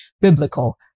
biblical